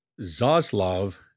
Zaslav